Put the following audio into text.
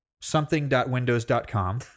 something.windows.com